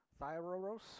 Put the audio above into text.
Thyroros